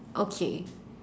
okay